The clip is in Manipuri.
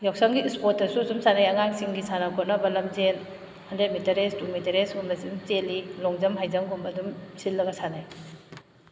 ꯌꯥꯎꯁꯪꯒꯤ ꯁ꯭ꯄꯣꯔꯠꯇꯁꯨ ꯁꯨꯝ ꯁꯥꯟꯅꯩ ꯑꯉꯥꯡꯁꯤꯡꯒꯤ ꯁꯥꯟꯅ ꯈꯣꯠꯅꯕ ꯂꯝꯖꯦꯟ hundred metre race two metre race ꯁꯣꯝꯗꯁꯨ ꯑꯗꯨꯝ ꯆꯦꯜꯂꯤ ꯂꯣꯡꯖꯝ ꯍꯥꯏꯖꯝꯒꯨꯝꯕ ꯑꯗꯨꯝ ꯁꯤꯜꯂꯒ ꯁꯥꯟꯅꯩ